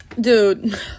dude